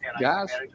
Guys